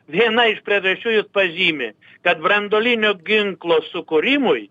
viena iš priežasčių jis pažymi kad branduolinio ginklo sukūrimui